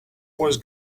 was